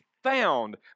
found